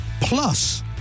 plus